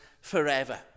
forever